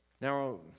Now